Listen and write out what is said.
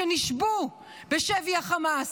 שנשבו בשבי החמאס?